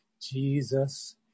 Jesus